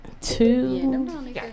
two